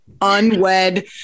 unwed